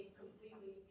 completely